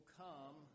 come